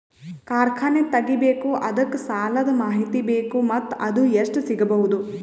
ಕಾರ್ಖಾನೆ ತಗಿಬೇಕು ಅದಕ್ಕ ಸಾಲಾದ ಮಾಹಿತಿ ಬೇಕು ಮತ್ತ ಅದು ಎಷ್ಟು ಸಿಗಬಹುದು?